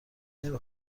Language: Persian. نمی